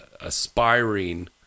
aspiring